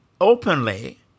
openly